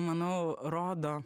manau rodo